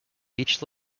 each